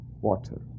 water